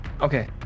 Okay